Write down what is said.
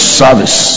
service